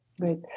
Great